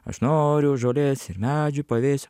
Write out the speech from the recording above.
aš noriu žolės ir medžių pavėsio